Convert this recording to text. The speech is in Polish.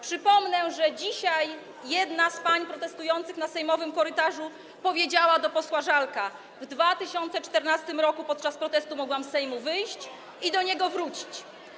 Przypomnę, że dzisiaj jedna z pań protestujących na sejmowym korytarzu powiedziała do posła Żalka: W 2014 r. podczas protestu mogłam z Sejmu wyjść i do niego wrócić.